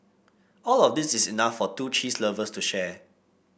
all of these is enough for two cheese lovers to share